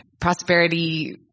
prosperity